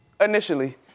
initially